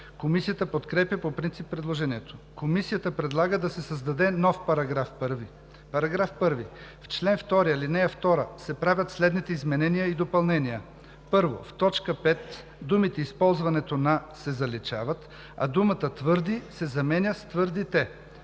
Комисията подкрепя по принцип предложението. Комисията предлага да се създаде нов § 1: „§ 1. В чл. 2, ал. 2 се правят следните изменения и допълнения: 1. В т. 5 думите „използването на“ се заличават, а думата „твърди“ се заменя с „твърдите“.